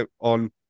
on